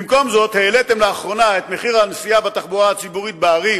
במקום זאת העליתם לאחרונה את מחיר הנסיעה בתחבורה הציבורית בערים